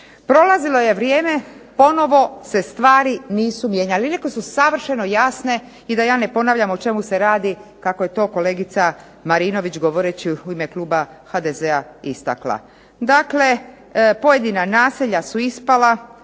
Prolazilo je vrijeme, ponovno se stvari nisu mijenjale ali i one koje su savršeno jasne i da ja ne ponavljam o čemu se radi kako je to kolegica Marinović govoreći u ime kluba HDZ-a istakla. Dakle, pojedina naselja su ispala,